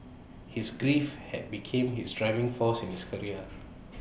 his grief had became his driving force in his career